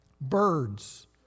Birds